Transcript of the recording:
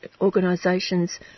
organisations